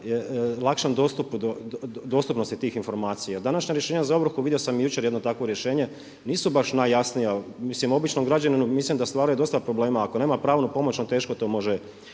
lakšoj dostupnosti tih informacija. Današnja rješenja za ovrhu, vidio sam jučer jedno takvo rješenje, nisu baš najjasnija. Mislim običnom građaninu mislim da stvaraju dosta problema. Ako nema pravnu pomoć on teško to može